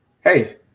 hey